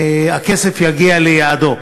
והכסף יגיע ליעדו.